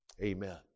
Amen